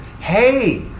hey